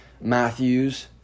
Matthews